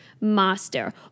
master